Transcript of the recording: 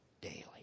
daily